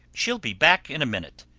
she'll be back in a minute.